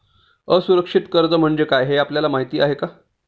असुरक्षित कर्ज म्हणजे काय हे आपल्याला माहिती आहे का?